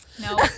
No